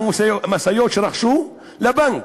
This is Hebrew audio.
את המשאיות שרכשו, לבנק,